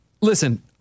listen